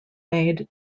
made